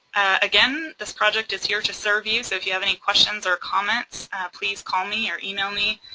again this project is here to serve you so if you have any questions or comments please call me or email me.